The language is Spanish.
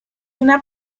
una